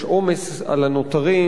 יש עומס על הנותרים,